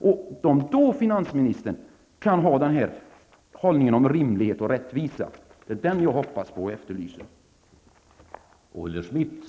Vad jag hoppas på och efterlyser är att finansministern då skall kunna inta en hållning av rimlighet och rättvisa.